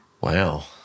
Wow